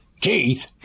Keith